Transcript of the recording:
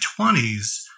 20s